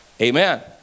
Amen